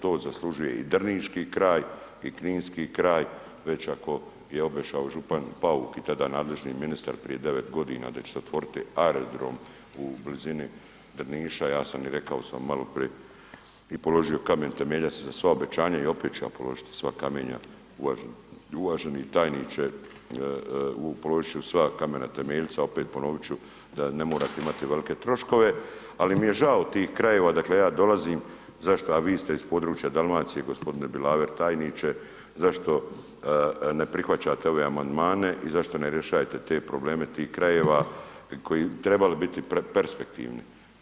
To zaslužuje i drniški kraj i kninski kraj, već ako je obećao župan Pauk i tada nadležni ministar prije 9. da ćete otvorit aerodrom u blizini Drniša, ja sam i rekao sam i maloprije i položio kamen temeljac za sva obećanja i opet ću ja položiti sva kamenja, uvaženi tajniče, položit ću sva kamena temeljca, opet ponovit ću da ne morate imati velike troškove ali mi je žao tih krajeva odakle ja dolazim zašto a vi ste iz područja Dalmacije, g. Bilaver, tajniče, zašto ne prihvaćate ove amandmane i zašto ne rješavate te probleme tih krajeva koji bi trebali biti perspektivni.